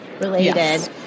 related